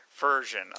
version